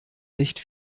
nicht